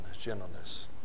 gentleness